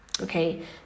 okay